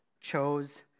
chose